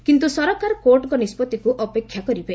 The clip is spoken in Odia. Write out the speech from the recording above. କିନ୍ତୁ ସରକାର କୋର୍ଟଙ୍କ ନିଷ୍ପଭିକୁ ଅପେକ୍ଷା କରିବେ